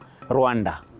Rwanda